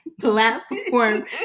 platform